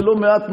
בלא-מעט נושאים,